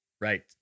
Right